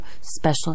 special